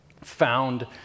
found